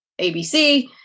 ABC